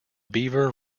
beaver